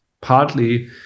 partly